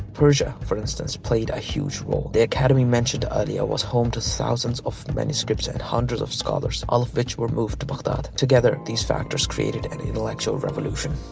persia, for instance, played a huge role. the academy mentioned earlier was home to thousands of manuscripts and hundreds of scholars. all of which were moved to baghdad. together these factors created an intellectual revolution.